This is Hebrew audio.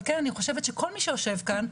על כן אני חושבת שכל מי שיושב כאן,